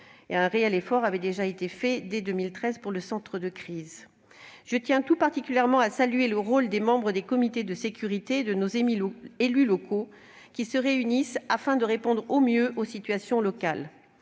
un réel effort avait déjà été consenti dès 2013 pour le centre de crise. Je tiens tout particulièrement à saluer le rôle des membres des comités de sécurité et de nos élus locaux, qui se réunissent pour répondre au mieux aux situations locales.